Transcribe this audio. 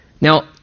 Now